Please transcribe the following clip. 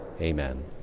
Amen